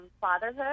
fatherhood